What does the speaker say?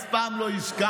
אף פעם לא הזכרתי.